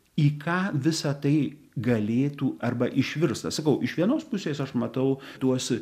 į ką visa tai galėtų arba išvirsta sakau iš vienos pusės aš matau tuos